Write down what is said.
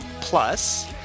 Plus